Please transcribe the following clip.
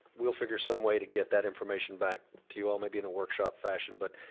we'll figure some way to get that information back to you all, maybe in a workshop fashion but